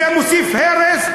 זה מוסיף הרס,